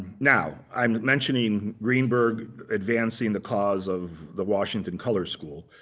now i'm mentioning greenberg advancing the cause of the washington color school.